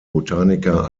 botaniker